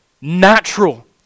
natural